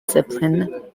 zeppelin